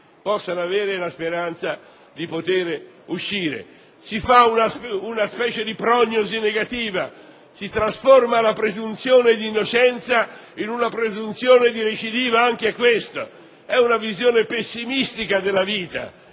possano avere la speranza di uscire. Si esprime una specie di prognosi negativa: si trasforma la presunzione di innocenza in presunzione di recidiva: è una visione pessimistica della vita.